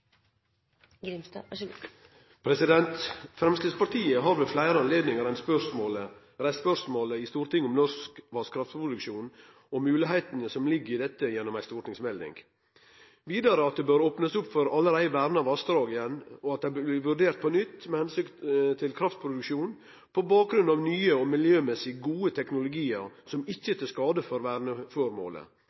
og om ei stortingsmelding om dette. Vidare: Det bør opnast opp for allereie verna vassdrag. Dei bør bli vurderte på nytt med omsyn til kraftproduksjonen på bakgrunn av nye og miljømessig gode teknologiar som ikkje er til skade for